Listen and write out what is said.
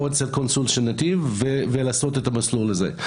אצל קונסול של נתיב ולעשות את המסלול הזה.